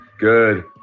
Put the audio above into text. Good